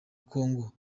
kongo